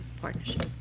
Partnership